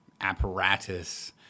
apparatus-